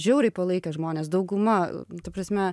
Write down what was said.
žiauriai palaikė žmones dauguma ta prasme